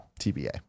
TBA